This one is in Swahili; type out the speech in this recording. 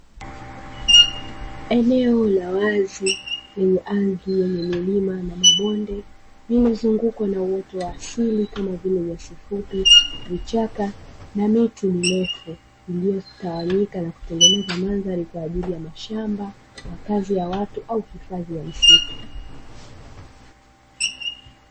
Eneo la wazi lenye ardhi yenye milima na mabonde lililozungukwa na uoto wa asili kama vile nyasi fupi, vichaka na miti mirefu iliyotawanyika na kutengeneza mandhari kwa ajili ya mashamba, makazi ya watu au hifadhi ya misitu.